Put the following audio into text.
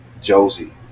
Josie